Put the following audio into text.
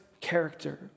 character